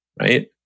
right